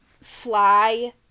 fly